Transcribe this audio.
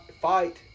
fight